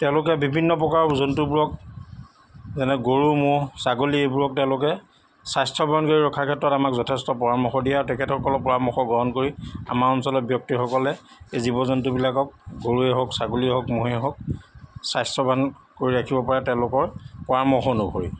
তেওঁলোকে বিভিন্ন প্ৰকাৰৰ জন্তুবোৰক যেনে গৰু ম'হ ছাগলী এইবোৰক তেওঁলোকে স্বাস্থ্যৱান কৰি ৰখাৰ ক্ষেত্ৰত আমাক যথেষ্ট পৰামৰ্শ দিয়ে আৰু তেখেতসকলৰ পৰামৰ্শ গ্ৰহণ কৰি আমাৰ অঞ্চলত ব্যক্তিসকলে এই জীৱ জন্তুবিলাকক গৰুৱেই হওক ছাগলীয়েই হওক ম'হেই হওক স্বাস্থ্যৱান কৰি ৰাখিব পাৰে তেওঁলোকৰ পৰামৰ্শ অনুসৰি